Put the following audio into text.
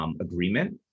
agreement